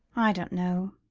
i don't know.